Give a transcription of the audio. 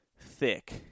thick